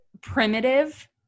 primitive